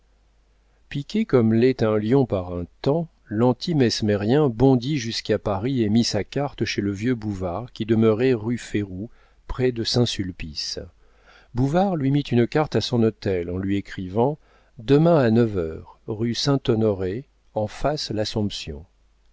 piqué comme l'est un lion par un taon lanti mesmérien bondit jusqu'à paris et mit sa carte chez le vieux bouvard qui demeurait rue férou près de saint-sulpice bouvard lui mit une carte à son hôtel en lui écrivant demain à neuf heures rue saint-honoré en face l'assomption